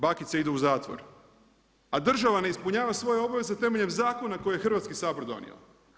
Bakice idu u zatvor, a država ne ispunjava svoje obaveze temeljem zakona koje je Hrvatski sabor donio.